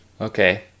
okay